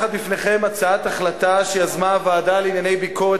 מונחת בפניכם הצעת החלטה שיזמה הוועדה לענייני ביקורת